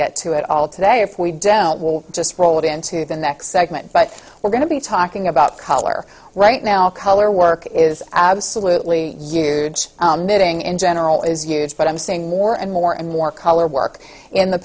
get to at all today if we don't we'll just roll it into the next segment but we're going to be talking about color right now color work is absolutely you in general is huge but i'm seeing more and more and more color work in the